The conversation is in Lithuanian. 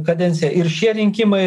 kadenciją ir šie rinkimai